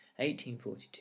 1842